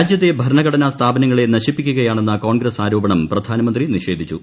രാജ്യത്തെ ഭരണഘടനാ സ്ഥാപനങ്ങളെ നശിപ്പിക്കുകയാണെന്ന് കോൺഗ്രസ് ആരോപണം പ്രധാനമന്ത്രി നിഷേധിച്ചു